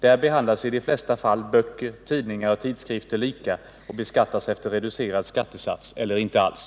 Där behandlas i de flesta fall böcker, tidningar och tidskrifter lika och beskattas efter reducerad skattesats eller inte alls.